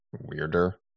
weirder